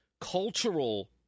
cultural